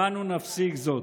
ואנו נפסיק זאת.